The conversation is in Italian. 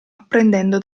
apprendendo